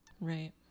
right